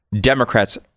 Democrats